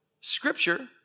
Scripture